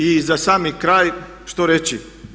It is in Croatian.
I za sami kraj, što reći?